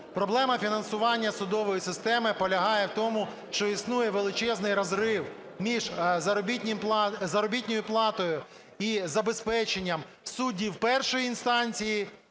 Проблема фінансування судової системи полягає в тому, що існує величезний розрив між заробітною платою і забезпеченням суддів першої інстанції,